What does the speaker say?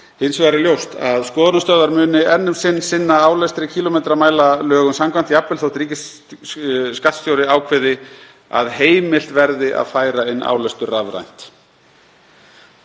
Hins vegar er ljóst að skoðunarstöðvar muni enn um sinn sinna álestri kílómetramæla lögum samkvæmt jafnvel þótt ríkisskattstjóri ákveði að heimilt verði að færa inn álestur rafrænt.